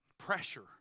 pressure